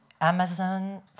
Amazon